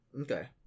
Okay